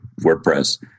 WordPress